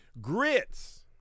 Grits